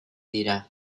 dira